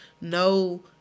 no